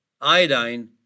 iodine